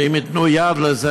ואם ייתנו יד לזה,